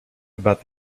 about